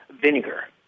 vinegar